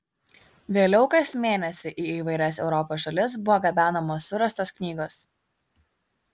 vėliau kas mėnesį į įvairias europos šalis buvo gabenamos surastos knygos